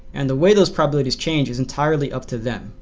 and the way those probabilities change is entirely up to them,